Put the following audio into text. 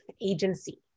agency